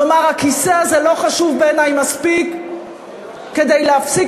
לומר: הכיסא הזה לא חשוב בעיני מספיק כדי להפסיק